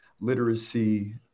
literacy